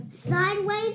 sideways